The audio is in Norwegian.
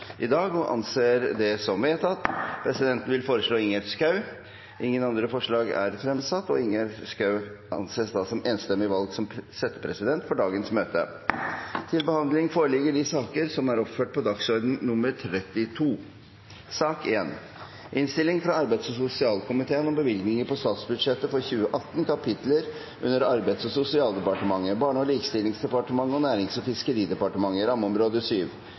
i dag – og anser det som vedtatt. Presidenten vil foreslå Ingjerd Schou. – Andre forslag foreligger ikke, og Ingjerd Schou anses enstemmig valgt som settepresident for dagens møte. Etter ønske fra arbeids- og sosialkomiteen vil presidenten foreslå at debatten blir begrenset til 1 time og 40 minutter, og